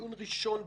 דיון ראשון בקבינט.